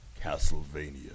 Castlevania